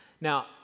Now